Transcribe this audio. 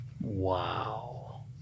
Wow